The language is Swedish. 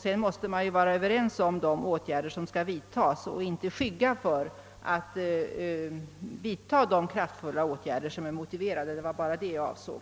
Sedan måste man ju vara överens om de åtgärder som skall vidtas och inte skygga för att vidta de kraftfulla åtgärder som är motiverade. Det var det jag avsåg.